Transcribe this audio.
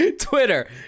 Twitter